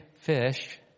fish